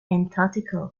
antarctica